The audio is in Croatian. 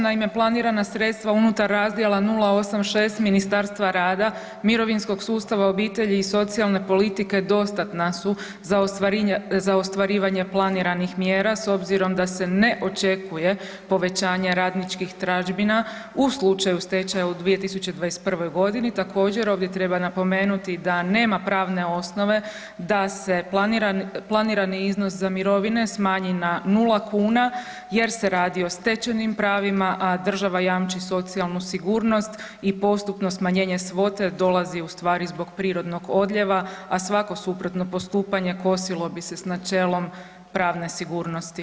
Naime, planirana sredstva unutar razdjela 086 Ministarstva rada, mirovinskog sustava, obitelji i socijalne politike dostatna su za ostvarivanje planiranih mjera s obzirom da se ne očekuje povećanje radničkih tražbina u slučaju stečaja 2021. godini i također ovdje treba napomenuti da nema pravne osnove da se planirani iznos za mirovine smanji na 0 kuna jer se radi o stečenim pravima, a država jamči socijalnu sigurnost i postupno smanjenje svote dolazi ustvari zbog prirodnog odljeva, a svako suprotno postupanje kosilo bi se s načelom pravne sigurnosti.